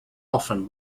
often